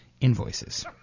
invoices